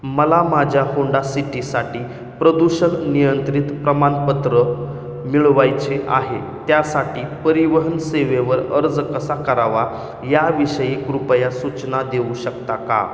मला माझ्या होंडा सिटीसाठी प्रदूषण नियंत्रित प्रमाणपत्र मिळवायचे आहे त्यासाठी परिवहन सेवेवर अर्ज कसा करावा याविषयी कृपया सूचना देऊ शकता का